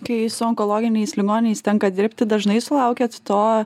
kai su onkologiniais ligoniais tenka dirbti dažnai sulaukiat to